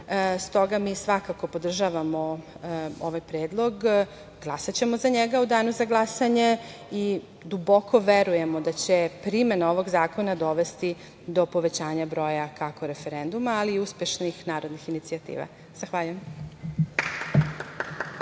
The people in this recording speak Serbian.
Stoga mi svakako podržavamo ovaj predlog. Glasaćemo za njega u danu za glasanje i duboko verujemo da će primena ovog zakona dovesti do povećanja broja kako referenduma, ali i uspešnih narodnih inicijativa. Zahvaljujem.